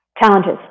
challenges